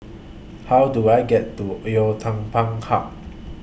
How Do I get to Oei Tiong Ham Park